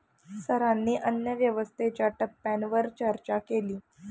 सरांनी अन्नव्यवस्थेच्या टप्प्यांवर चर्चा केली